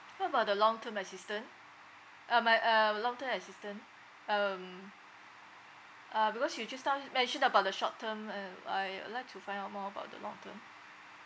what about the long term assistance uh my uh long term assistance um uh because you just now mentioned about the short term uh I would like to find out more about the long term